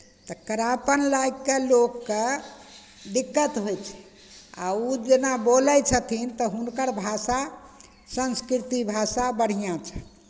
तऽ कड़ापन लए कऽ लोककेँ दिक्कत होइ छै आ ओ जेना बोलै छथिन तऽ हुनकर भाषा संस्कृति भाषा बढ़िआँ छनि